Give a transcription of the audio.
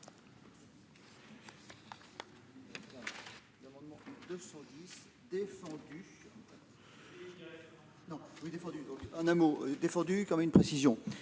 ...